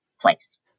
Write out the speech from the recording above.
place